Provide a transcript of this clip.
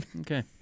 Okay